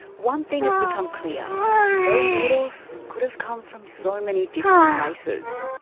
one thing has become clear those needles could have come from so many different places.